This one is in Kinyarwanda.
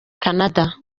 canada